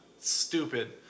Stupid